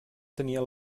tenia